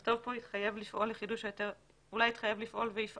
נכתוב כאן התחייב לפעול ויפעל.